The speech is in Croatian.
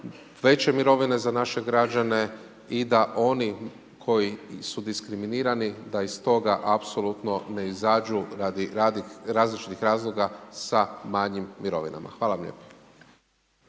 veće mirovine za naše građane i da oni koji su diskriminirani, da iz toga apsolutno ne izađu radi različitih razloga sa manjim mirovinama. Hvala vam lijepo.